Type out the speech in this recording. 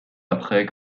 après